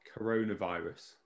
Coronavirus